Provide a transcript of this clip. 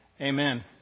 Amen